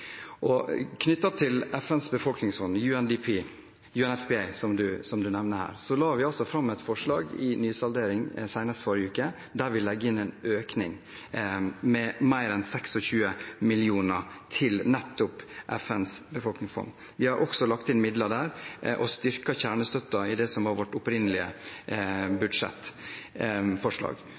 FNs befolkningsfond, UNFPA, som representanten Huitfeldt nevner her, la vi fram et forslag i nysalderingen senest forrige uke, der vi legger inn en økning på mer enn 26 mill. kr til nettopp FNs befolkningsfond. Vi har også lagt inn midler der og styrker kjernestøtten i det som var vårt opprinnelige budsjettforslag.